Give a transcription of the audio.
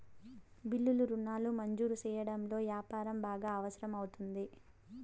బిల్లులు రుణాలు మంజూరు సెయ్యడంలో యాపారం బాగా అవసరం అవుతుంది